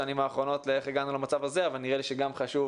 השנים האחרונות ואיך הגענו למצב הזה אבל נראה לי שגם חשוב